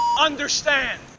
understand